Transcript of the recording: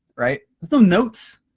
right, there's no notes.